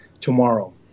tomorrow